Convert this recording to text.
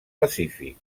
pacífic